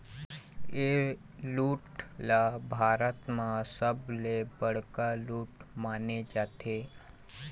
ए लूट ल भारत म सबले बड़का लूट माने जाथे